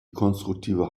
konstruktive